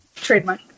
Trademark